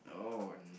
oh